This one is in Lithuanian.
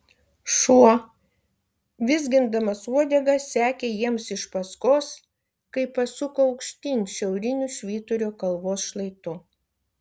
šuo vizgindamas uodega sekė jiems iš paskos kai pasuko aukštyn šiauriniu švyturio kalvos šlaitu